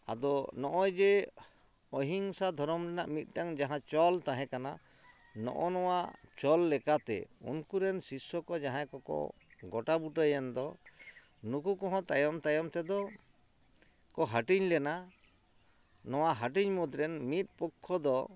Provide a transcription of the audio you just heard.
ᱟᱫᱚ ᱱᱚᱜᱼᱚᱭᱡᱮ ᱚᱦᱤᱝᱥᱟ ᱫᱷᱚᱨᱚᱢ ᱨᱮᱱᱟᱜ ᱢᱤᱫᱴᱟᱝ ᱡᱟᱦᱟᱸ ᱪᱚᱞ ᱛᱟᱦᱮᱸ ᱠᱟᱱᱟ ᱱᱚᱜᱼᱚ ᱱᱚᱣᱟ ᱪᱚᱞ ᱞᱮᱠᱟᱛᱮ ᱩᱱᱠᱩᱨᱮᱱ ᱥᱤᱥᱥᱚ ᱠᱚ ᱡᱟᱦᱟᱸᱭ ᱠᱚᱠᱚ ᱜᱚᱴᱟ ᱵᱩᱴᱟᱹᱭᱮᱱ ᱫᱚ ᱱᱩᱠᱩ ᱠᱚᱦᱚᱸ ᱛᱟᱭᱚᱢ ᱛᱟᱭᱚᱢ ᱛᱮᱫᱚ ᱠᱚ ᱦᱟᱹᱴᱤᱧ ᱞᱮᱱᱟ ᱱᱚᱣᱟ ᱦᱟᱹᱴᱤᱧ ᱢᱩᱫᱽᱨᱮᱱ ᱢᱤᱫ ᱯᱚᱠᱠᱷᱚ ᱫᱚ